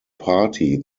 party